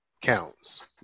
counts